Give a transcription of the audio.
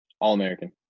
All-American